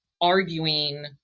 arguing